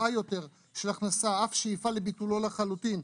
יותר של הכנסה תוך שאיפה לביטולו לחלוטין.